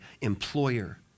employer